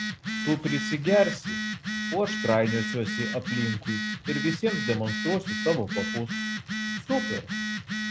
tu prisigersi o aš trainiosiuosi aplinkui ir visiems demonstruosiu savo papus super